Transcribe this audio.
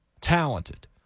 talented